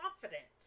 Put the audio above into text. confident